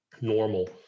normal